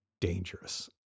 dangerous